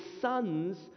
sons